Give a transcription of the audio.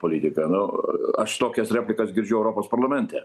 politika nu aš tokias replikas girdžiu europos parlamente